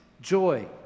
joy